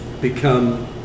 become